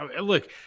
Look